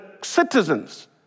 citizens